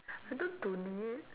I don't donate